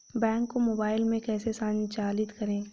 Bank को mobile में कैसे संचालित करें?